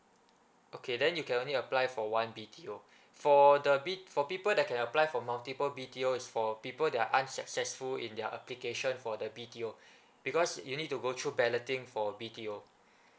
okay then you can only apply for one B_T_O for the B for people that can apply for multiple B_T_O is for people that are unsuccessful in their application for the B_T_O because you need to go through balloting for B_T_O